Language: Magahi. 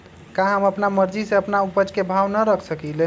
का हम अपना मर्जी से अपना उपज के भाव न रख सकींले?